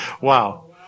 Wow